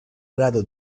grado